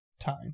time